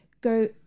go